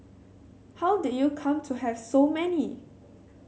how did you come to have so many